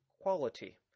quality